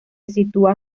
sitúa